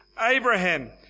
Abraham